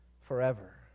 forever